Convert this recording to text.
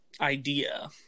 idea